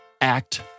Act